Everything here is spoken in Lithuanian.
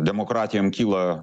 demokratijom kyla